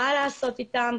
מה לעשות אתן,